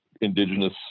indigenous